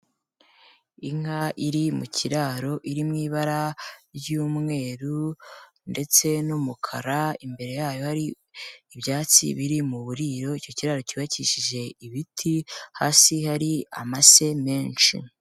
Inka iri mu kiraro iri mu ibara ry'umweru ndetse n'umukara, imbere yayo hari ibyatsi biri mu buriro, icyo kiraro cyubakishije ibiti, hasi hari amase menshi.